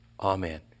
Amen